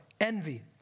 envy